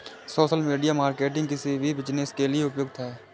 social media marketing किसी भी business के लिए उपयुक्त है